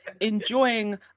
enjoying